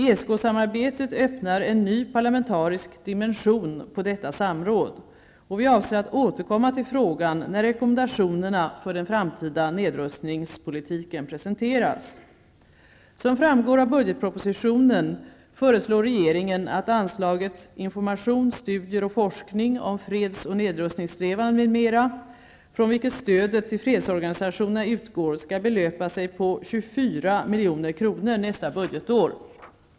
ESK-samarbetet öppnar en ny parlamentarisk dimension på detta samråd. Vi avser att återkomma till frågan när rekommendationerna för den framtida nedrustningspolitiken presenteras. Som framgår av budgetpropositionen föreslår regeringen att anslaget ''Information, studier och forskning om freds och nedrustningssträvanden m.m'', från vilket stödet till fredsorganisationerna utgår, skall belöpa sig på 24 milj.kr. nästa budgetår.